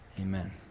Amen